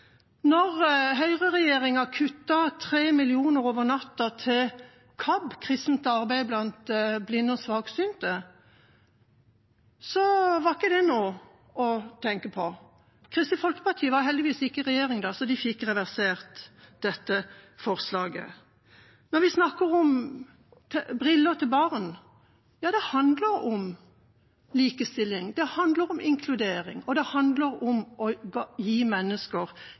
høyreregjeringa kuttet 3 mill. kr over natten til KABB – Kristent Arbeid Blant Blinde og svaksynte – var ikke det noe å tenke på. Kristelig Folkeparti var heldigvis ikke i regjering da, så de fikk reversert dette forslaget. Når vi snakker om briller til barn, handler det om likestilling, om inkludering og om å gi mennesker like vilkår. Vi ser det når det gjelder å